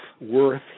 worth